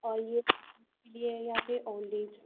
اور یہ کے لیے یا پھر اولڈ ایج